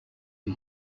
the